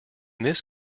this